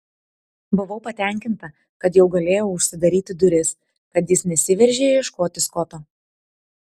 buvau patenkinta kad jau galėjau užsidaryti duris kad jis nesiveržė ieškoti skoto